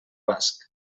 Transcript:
basc